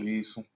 isso